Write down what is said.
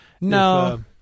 No